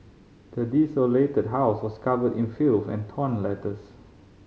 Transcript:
the desolated house was covered in filth and torn letters